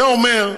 זה אומר,